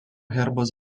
herbas